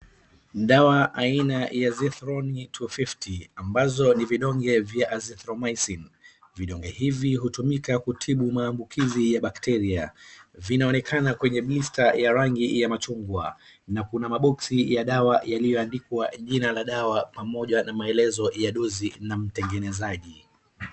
Dawa aina ya zetron ni two fifty ambazo ni vidonge vya azithromycin . Vidonge hivi hutumika kutibu maamukizi ya bakteria, vinaonekana kwenye blister ya rangi ya mchungwa, na kuna maboxi ya dawa yaliyoandikwa jina la dawa pamoja na maelezo ya dosi na mtengenezaji.